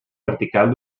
vertical